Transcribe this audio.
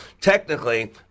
Technically